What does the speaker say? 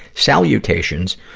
salutations,